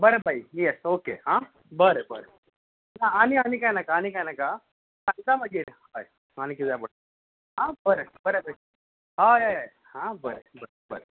बरें बाई yes okay आं बरें बरें आनी आनी कांय नाका आनी कांय नाका सांगता मागीर हय आनीक कितें जाय पडटलें हय आं बरें देव बरें हय हय हय आं बरें बरें बरें